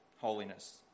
holiness